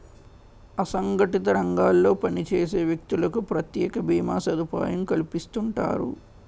అసంగటిత రంగాల్లో పనిచేసే వ్యక్తులకు ప్రత్యేక భీమా సదుపాయం కల్పిస్తుంటారు